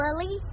Lily